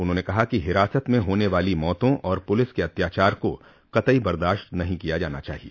उन्होंने कहा कि हिरासत में होने वाली मौतों और पुलिस के अत्याचार को कतई बर्दाश्त नहीं किया जाना चाहिए